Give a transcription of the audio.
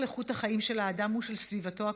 איכות החיים של האדם ושל סביבתו הקרובה.